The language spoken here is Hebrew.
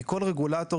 כל רגולטור,